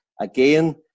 again